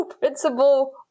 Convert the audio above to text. Principal